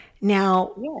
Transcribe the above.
Now